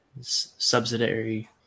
subsidiary